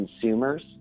consumers